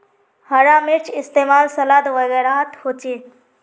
हरा मिर्चै इस्तेमाल सलाद वगैरहत होचे